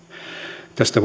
tästä